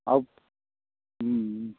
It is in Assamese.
আৰু